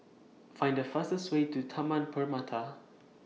Find The fastest Way to Taman Permata